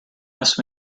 asked